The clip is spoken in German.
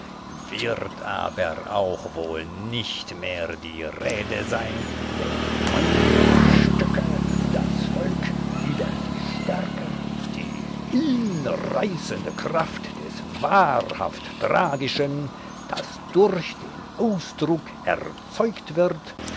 wird aber auch wohl nicht mehr die rede sein wenn meine stücke das volk über die stärke die hinreißende kraft des wahrhaft tragischen das durch den ausdruck erzeugt wird